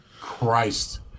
Christ